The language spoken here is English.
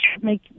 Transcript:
make